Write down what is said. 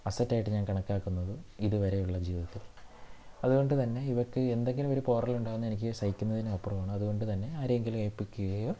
അസറ്റായിട്ട് ഞാൻ കണക്കാക്കുന്നതും ഇതുവരെയുള്ള ജീവിതത്തിൽ അതുകൊണ്ട് തന്നെ ഇവർക്ക് എന്തെങ്കിലും ഒരു പോറലുണ്ടാകുന്നത് എനിക്ക് സഹിക്കുന്നതിനും അപ്പുറമാണ് അതുകൊണ്ട് തന്നെ ആരെയെങ്കിലും ഏൽപ്പിക്കുകയോ